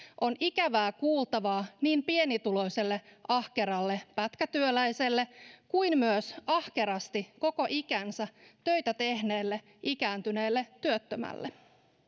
on ikävää kuultavaa niin pienituloiselle ahkeralle pätkätyöläiselle kuin myös ahkerasti koko ikänsä töitä tehneelle ikääntyneelle työttömälle